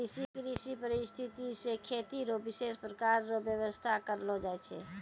कृषि परिस्थितिकी से खेती रो विशेष प्रकार रो व्यबस्था करलो जाय छै